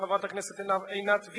חברת הכנסת עינת וילף,